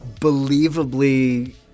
believably